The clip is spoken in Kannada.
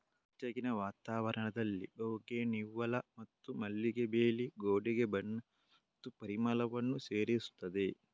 ಬೆಚ್ಚಗಿನ ವಾತಾವರಣದಲ್ಲಿ ಬೌಗೆನ್ವಿಲ್ಲಾ ಮತ್ತು ಮಲ್ಲಿಗೆ ಬೇಲಿ ಗೋಡೆಗೆ ಬಣ್ಣ ಮತ್ತು ಪರಿಮಳವನ್ನು ಸೇರಿಸುತ್ತದೆ